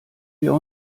wir